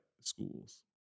schools